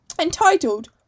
entitled